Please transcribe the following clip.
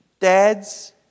dads